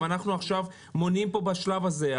אם אנחנו עכשיו מונעים פה בשלב הזה,